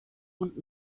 und